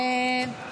נא לסכם.